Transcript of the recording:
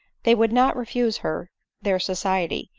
they would not refuse her their society,